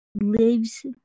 lives